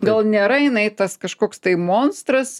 gal nėra jinai tas kažkoks tai monstras